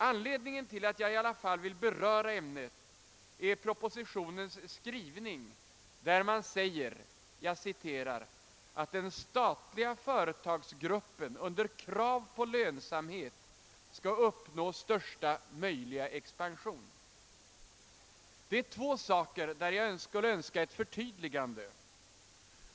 Anledningen till att jag i alla fall vill beröra ämnet är att det i propositionen anges — jag citerar ur referatet i utskottsutlåtandet — »att den statliga företagsgruppen under krav på lönsamhet skall uppnå största möjliga expansion». Det är två saker som jag därvidlag skulle vilja få förtydligade.